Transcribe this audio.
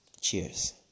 Cheers